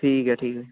ਠੀਕ ਹੈ ਠੀਕ ਹੈ